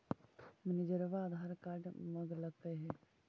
मैनेजरवा आधार कार्ड मगलके हे?